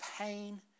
pain